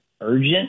urgent